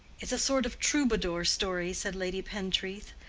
it's a sort of troubadour story, said lady pentreath,